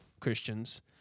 Christians